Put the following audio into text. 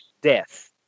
death